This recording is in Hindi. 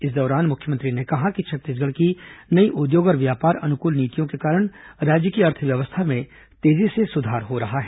इस दौरान मुख्यमंत्री ने कहा कि छत्तीसगढ़ की नई उद्योग और व्यापार अनुकूल नीतियों के कारण राज्य की अर्थव्यवस्था में तेजी से सुधार हो रहा है